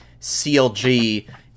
CLG